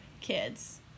kids